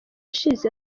ishize